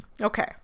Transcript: okay